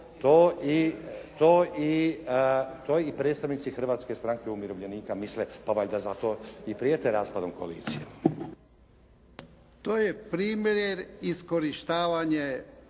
To i predstavnici Hrvatske stranke umirovljenika misle pa valjda zato i prijete raspadom koalicije. **Jarnjak, Ivan